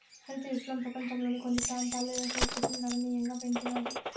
హరిత విప్లవం పపంచంలోని కొన్ని ప్రాంతాలలో వ్యవసాయ ఉత్పత్తిని గణనీయంగా పెంచినాది